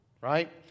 Right